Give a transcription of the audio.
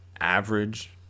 average